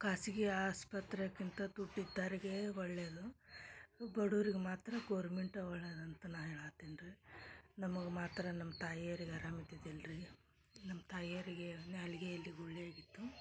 ಖಾಸ್ಗಿ ಆಸ್ಪತ್ರೆಕಿಂತ ದುಡ್ಡಿದ್ದರ್ಗೇ ಒಳ್ಳೆಯದು ಬಡವ್ರಿಗೆ ಮಾತ್ರ ಗೌರ್ಮೆಂಟ್ ಒಳ್ಳೆಯದಂತ ನಾ ಹೇಳಾತ್ತಿನ್ರಿ ನಮಗೆ ಮಾತ್ರ ನಮ್ಮ ತಾಯಿಯರಿಗೆ ಅರಾಮು ಇದ್ದಿದ್ದಿಲ್ರೀ ನಮ್ಮ ತಾಯ್ಯರಿಗೆ ನ್ಯಾಲ್ಗೆಯಲ್ಲಿ ಗುಳ್ಳೆಯಾಗಿತ್ತು